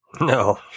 No